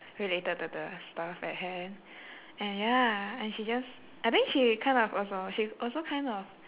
related to the stuff at hand and ya and she just I think she kind of also she also kind of